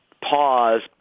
pause